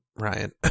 Ryan